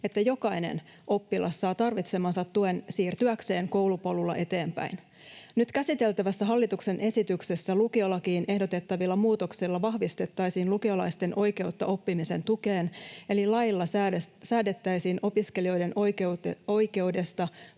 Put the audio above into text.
että jokainen oppilas saa tarvitsemansa tuen siirtyäkseen koulupolulla eteenpäin. Nyt käsiteltävässä hallituksen esityksessä lukiolakiin ehdotettavilla muutoksilla vahvistettaisiin lukiolaisten oikeutta oppimisen tukeen, eli lailla säädettäisiin opiskelijoiden oikeudesta